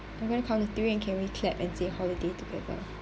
I'm going to count to three and can we clap and say holiday together